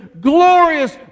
glorious